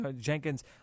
Jenkins